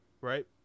right